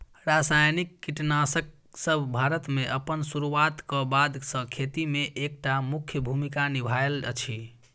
रासायनिक कीटनासकसब भारत मे अप्पन सुरुआत क बाद सँ खेती मे एक टा मुख्य भूमिका निभायल अछि